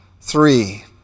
three